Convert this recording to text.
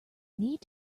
need